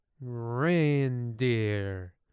Reindeer